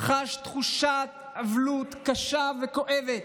חש תחושת אבלות קשה וכואבת,